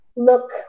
look